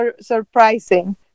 surprising